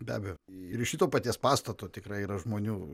be abejo ir iš šito paties pastato tikrai yra žmonių